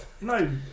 No